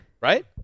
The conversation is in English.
Right